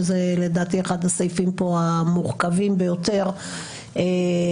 שזה לדעתי אחד הסעיפים המורכבים ביותר פה,